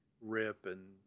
rip—and